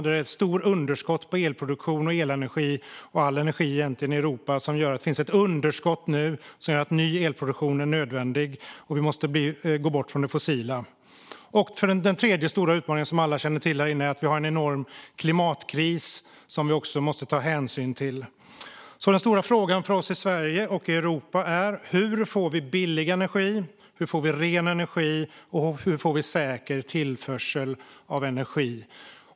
Det är stora underskott på elproduktion och elenergi och egentligen all energi. Det gör att ny elproduktion är nödvändig, och vi måste bort från det fossila. Den tredje stora utmaningen, som alla känner till här inne, är att vi har en enorm klimatkris som vi också måste ta hänsyn till. De stora frågorna för oss i Sverige och Europa är: Hur får vi billig energi, hur får vi ren energi och hur får vi säker tillförsel av energi?